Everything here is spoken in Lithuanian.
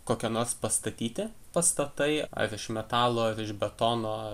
kokie nors pastatyti pastatai ar iš metalo ar iš betono